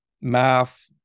math